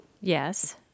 Yes